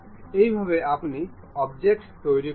এইভাবে আপনি অবজেক্ট তৈরি করুন